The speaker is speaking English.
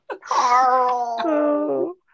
Carl